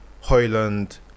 Hoyland